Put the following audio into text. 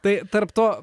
tai tarp to